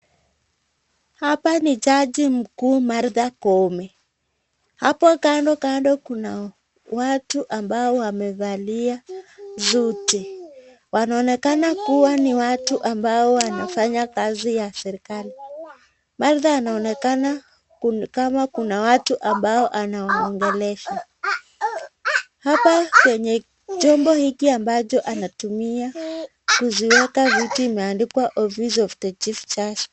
Hapa ni jaji mkuu Martha Koome, hapo kando kando kuna watu ambao wamevalia suti. Wanaonekana kuwa ni watu ambao wanafanya kazi ya serekali ,Martha anaonekana kama kuna watu ambao anawaongelesha .Hapa kwenye chombo hiki ambacho anatumia kuziweka viti imeadikwa[cs ]office of the chief justice .